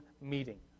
meeting